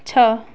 छः